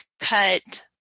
cut